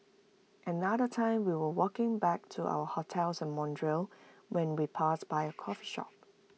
another time we were walking back to our hotel in Montreal when we passed by A coffee shop